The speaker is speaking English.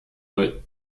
but